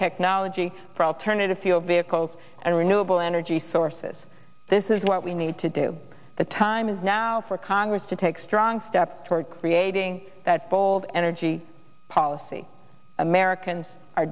technology for alternative fuel vehicles and renewable energy sources this is what we need to do the time is now for congress to take strong steps toward creating that bold energy policy americans are